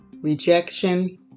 rejection